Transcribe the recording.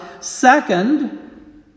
Second